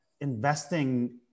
investing